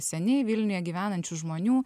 seniai vilniuje gyvenančių žmonių